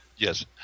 Yes